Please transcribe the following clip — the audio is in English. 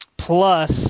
Plus